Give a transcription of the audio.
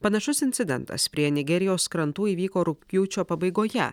panašus incidentas prie nigerijos krantų įvyko rugpjūčio pabaigoje